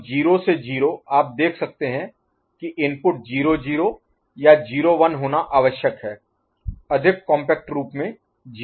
तो 0 से 0 आप देख सकते हैं कि इनपुट 0 0 या 0 1 होना आवश्यक है अधिक कॉम्पैक्ट रूप में 0 क्रॉस है